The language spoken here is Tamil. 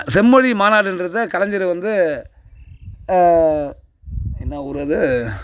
செம்மொழி மாநாடுன்றதை கலைஞர் வந்து என்ன ஊரு அது